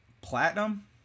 platinum